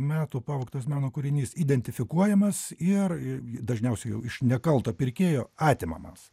metų pavogtas meno kūrinys identifikuojamas ir dažniausiai jau iš nekalto pirkėjo atimamas